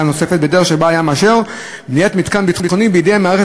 הנוספת בדרך שבה היה מאשר בניית מתקן ביטחוני בידי מערכת